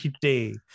day